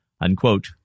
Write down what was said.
Unquote